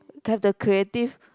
have the creative